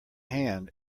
hand